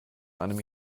einem